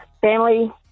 family